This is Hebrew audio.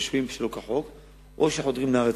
שרשומים שלא כחוק או שחודרים לארץ